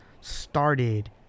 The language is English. started